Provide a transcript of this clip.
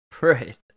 Right